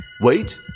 Wait